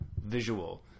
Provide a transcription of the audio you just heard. visual